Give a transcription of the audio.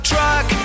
Truck